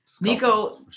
Nico